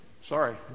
Sorry